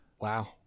Wow